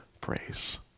praise